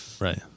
Right